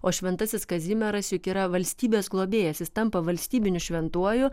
o šventasis kazimieras juk yra valstybės globėjas jis tampa valstybiniu šventuoju